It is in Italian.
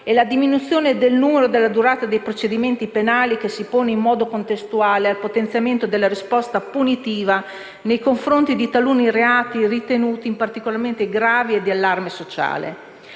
è la diminuzione del numero e della durata dei procedimenti penali, che si pone in modo contestuale al potenziamento della risposta punitiva nei confronti di taluni reati ritenuti di particolare gravità o allarme sociale.